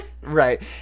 Right